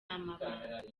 amabanga